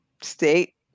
state